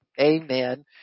amen